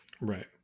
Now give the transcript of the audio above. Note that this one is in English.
Right